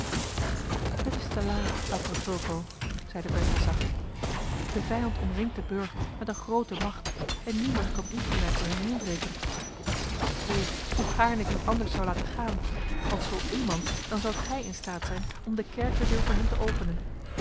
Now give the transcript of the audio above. t is te laat dappere fulco zeide bertha zacht de vijand omringt den burcht met eene groote macht en niemand kan ongemerkt door hem heenbreken god weet hoe gaarne ik u anders zou laten gaan want zoo iemand dan zoudt gij in staat zijn om de kerkerdeur voor hem te openen